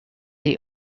est